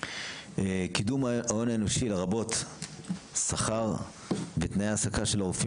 קידום ההון האנושי לרבות שכר ותנאי העסקה של הרופאים